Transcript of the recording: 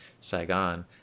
Saigon